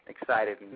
excited